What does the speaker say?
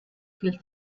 viel